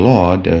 Lord